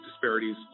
disparities